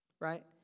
Right